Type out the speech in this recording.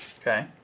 Okay